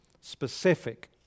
specific